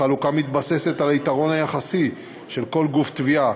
החלוקה מתבססת על היתרון היחסי של כל גוף תביעה,